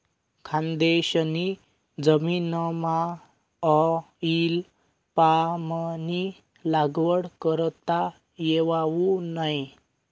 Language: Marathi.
खानदेशनी जमीनमाऑईल पामनी लागवड करता येवावू नै